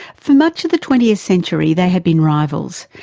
for much of the twentieth century they have been rivals,